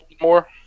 more